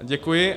Děkuji.